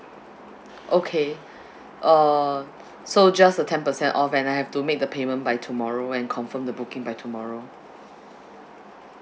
okay uh so just a ten percent off and I have to make the payment by tomorrow and confirm the booking by tomorrow